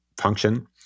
function